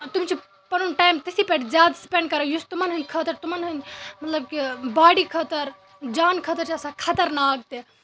تِم چھِ پَنُن ٹایِم تٔتھی پٮ۪ٹھ زیادٕ سُپیٚنڑ کَران یُس تِمَن ہٕندۍ خٲطرٕ تِمَن ہٕندۍ مطلب کہِ باڑی خٲطرٕ جان خٲطرٕ چھِ آسان خطرناک تہِ